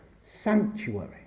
Sanctuary